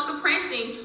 suppressing